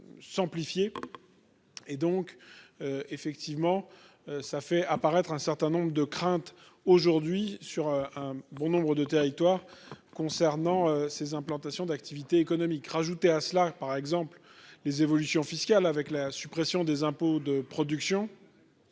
Et donc. Effectivement ça fait apparaître un certain nombre de crainte aujourd'hui sur un bon nombre de territoires concernant ses implantations d'activités économiques. Rajouter à cela que par exemple les évolutions fiscales avec la suppression des impôts de production.